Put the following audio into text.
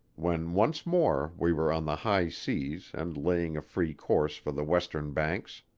when once more we were on the high seas and laying a free course for the western banks.